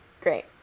Great